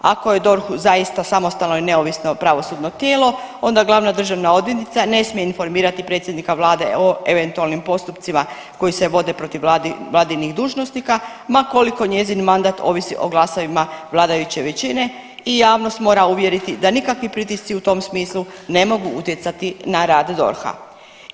Ako je DORH zaista samostalno i neovisno pravosudno tijelo onda glavna državna odvjetnica ne smije informirati predsjednika vlade o eventualnim postupcima koji se vode protiv vladinih dužnosnika ma koliko njezin mandat ovisi o glasovima vladajuće većine i javnost mora uvjeriti da nikakvi pritisci u tom smislu ne mogu utjecati na rad DORH-a.